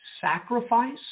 sacrifice